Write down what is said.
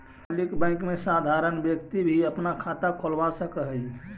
public bank में साधारण व्यक्ति भी अपना खाता खोलवा सकऽ हइ